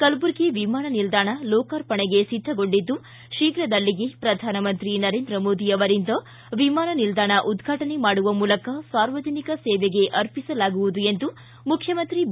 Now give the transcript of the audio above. ಕಲಬುರಗಿ ವಿಮಾನ ನಿಲ್ದಾಣ ಲೋಕಾರ್ಪಣೆಗೆ ಸಿದ್ದಗೊಂಡಿದ್ದು ಶೀಘದಲ್ಲಿಯೆ ಶ್ರಧಾನಮಂತ್ರಿ ನರೇಂದ್ರ ಮೋದಿಯವರಿಂದ ವಿಮಾನ ನಿಲ್ದಾಣ ಉದ್ರಾಟನೆ ಮಾಡುವ ಮೂಲಕ ಸಾರ್ವಜನಿಕ ಸೇವೆಗೆ ಅರ್ಪಿಸಲಾಗುವುದು ಎಂದು ಮುಖ್ಯಮಂತ್ರಿ ಬಿ